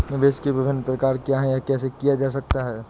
निवेश के विभिन्न प्रकार क्या हैं यह कैसे किया जा सकता है?